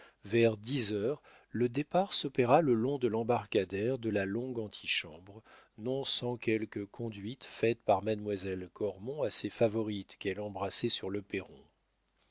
vers dix heures le départ s'opéra le long de l'embarcadère de la longue antichambre non sans quelques conduites faites par mademoiselle cormon à ses favorites qu'elle embrassait sur le perron